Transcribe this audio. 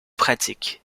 pratiques